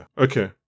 okay